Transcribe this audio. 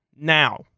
Now